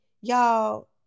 Y'all